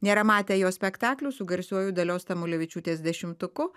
nėra matę jo spektaklių su garsiuoju dalios tamulevičiūtės dešimtuku